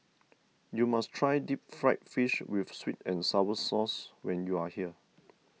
you must try Deep Fried Fish with Sweet and Sour Sauce when you are here